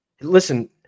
Listen